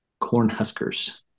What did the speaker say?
Cornhuskers